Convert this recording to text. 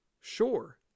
Sure